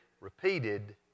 repeated